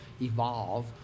evolve